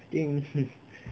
think hmm